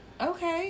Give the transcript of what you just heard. Okay